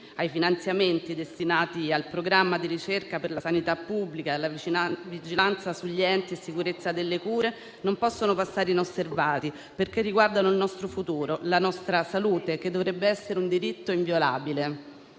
ai finanziamenti destinati al programma di ricerca per la sanità pubblica e alla vigilanza sugli enti e sicurezza delle cure non possono passare inosservati perché riguardano il nostro futuro e la nostra salute, che dovrebbe essere un diritto inviolabile.